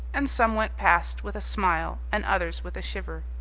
and some went past with a smile and others with a shiver.